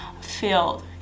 field